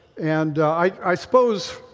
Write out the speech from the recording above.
and i suppose